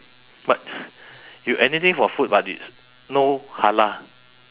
but you anything for food but it's no halal